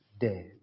dead